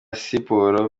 siporo